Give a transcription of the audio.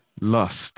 lust